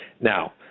Now